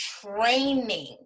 training